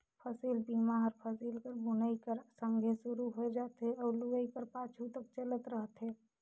फसिल बीमा हर फसिल कर बुनई कर संघे सुरू होए जाथे अउ लुवई कर पाछू तक चलत रहथे